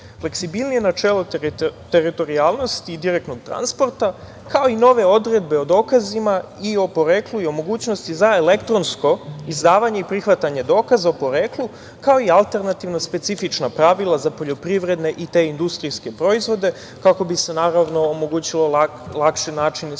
fleksibilnije načelo teritorijalnosti i direktnog transporta, kao i nove odredbe o dokazima i o poreklu i o mogućnosti za elektronsko izdavanje i prihvatanje dokaza o poreklu, kao i alternativno specifična pravila za poljoprivredne i industrijske proizvode kako bi se omogućio lakši način sticanja